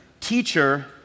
teacher